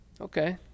Okay